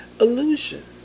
illusion